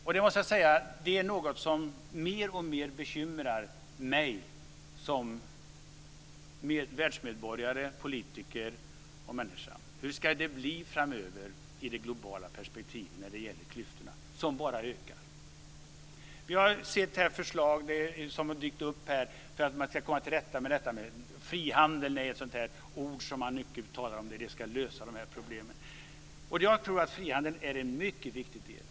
Jag måste säga att det är något som mer och mer bekymrar mig som världsmedborgare, politiker och människa. Hur ska det bli framöver i det globala perspektivet när det gäller klyftorna, som bara ökar? Vi har här sett förslag som har dykt upp om hur man ska komma till rätta med detta. Frihandel är ett ord som man talar mycket om, som ska lösa dessa problem. Jag tror att frihandeln är en mycket viktig del.